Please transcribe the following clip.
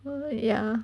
ha ha ya